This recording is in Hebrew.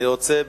אני רוצה,